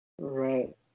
Right